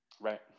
Right